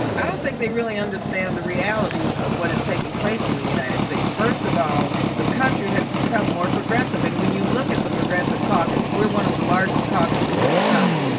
i don't think they really understand the realities of what is taking place in the united states. first of all, the country has become more progressive and when you look at the progressive caucus, we're one of the largest caucuses in congress.